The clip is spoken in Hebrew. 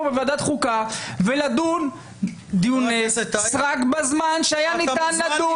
בוועדת החוקה ולדון דיוני סרק בזמן שהיה ניתן לדון בהם.